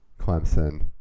Clemson